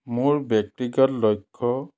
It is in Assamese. মোৰ ব্যক্তিগত লক্ষ্য